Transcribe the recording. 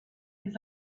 his